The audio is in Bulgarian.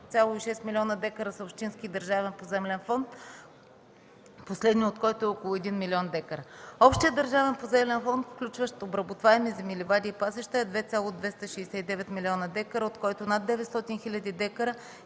близо 8,6 млн. декара са общински държавен поземлен фонд, последният от който е 1 млн. декара. Общият държавен поземлен фонд, включващ обработваеми земи, ливади и пасища, е 2,269 млн. декара, от който над 900 хил. декара